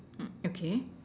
mm okay